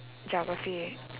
geography